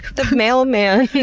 the mailman.